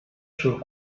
sul